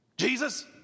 Jesus